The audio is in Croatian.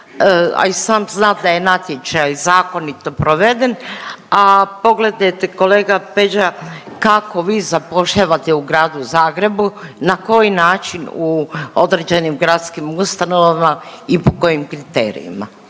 sam zna da je natječaj zakonito proveden, a pogledajte kolega Peđa kako vi zapošljavate u gradu Zagrebu, na koji način u određenim gradskim ustanovama i po kojim kriterijima.